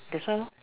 that's why lor